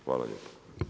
Hvala lijepa.